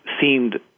seemed